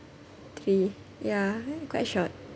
three ya quite short